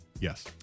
yes